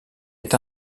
est